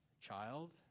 Child